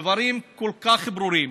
דברים כל כך ברורים.